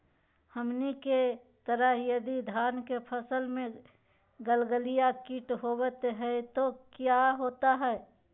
हमनी के तरह यदि धान के फसल में गलगलिया किट होबत है तो क्या होता ह?